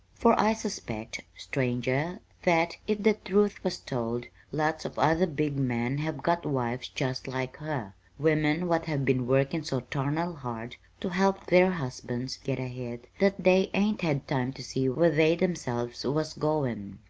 for i suspect, stranger, that, if the truth was told, lots of other big men have got wives just like her women what have been workin' so tarnal hard to help their husbands get ahead that they hain't had time to see where they themselves was goin'.